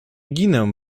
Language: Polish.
ginę